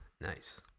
Nice